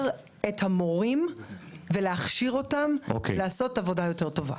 את המורים ולהכשיר אותם לעשות עבודה יותר טובה.